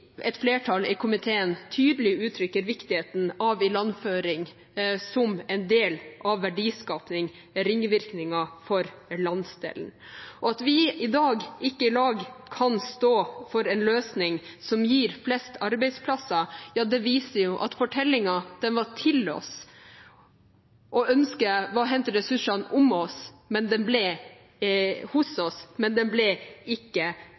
et flertall i komiteen tydelig uttrykker viktigheten av ilandføring som en del av verdiskaping og ringvirkninger for landsdelen. At vi dag ikke sammen kan stå for en løsning som gir flest arbeidsplasser, viser at fortellingen var til oss, og ønsket var å hente ressursene hos oss, men den ble ikke om oss. SV ønsker ikke